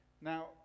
Now